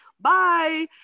bye